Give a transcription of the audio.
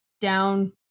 down